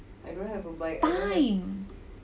time